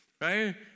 Right